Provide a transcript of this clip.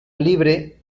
libre